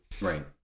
Right